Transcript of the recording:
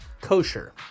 kosher